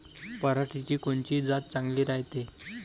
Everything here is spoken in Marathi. पऱ्हाटीची कोनची जात चांगली रायते?